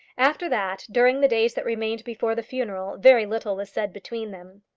after that, during the days that remained before the funeral, very little was said between them.